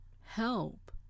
help